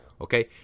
okay